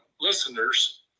listeners